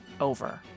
over